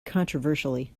controversially